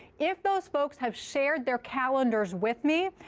if those folks have shared their calendars with me,